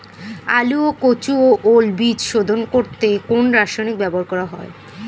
আলু ও কচু ও ওল বীজ শোধন করতে কোন রাসায়নিক ব্যবহার করা হয়?